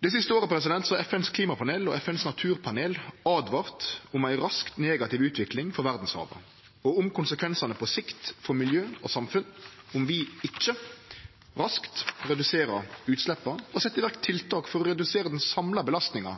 Dei siste åra har FNs klimapanel og FNs naturpanel åtvara om ei rask, negativ utvikling for verdshava og om konsekvensane på sikt for miljø og samfunn om vi ikkje raskt reduserer utsleppa og set i verk tiltak for å redusere den samla